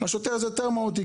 ואצל השוטר זה יותר מהותי.